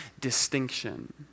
distinction